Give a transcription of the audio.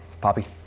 Poppy